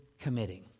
committing